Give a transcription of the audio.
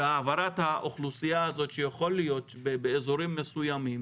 והעברת האוכלוסייה הזאת שיכול להיות שבאזורים מסוימים